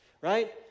right